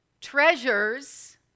treasures